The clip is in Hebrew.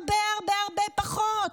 הרבה הרבה הרבה פחות.